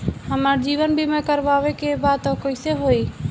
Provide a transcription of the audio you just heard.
हमार जीवन बीमा करवावे के बा त कैसे होई?